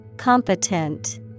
Competent